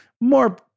more